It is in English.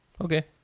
Okay